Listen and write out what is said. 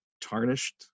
tarnished